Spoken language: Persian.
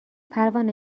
پروانه